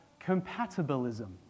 compatibilism